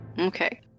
okay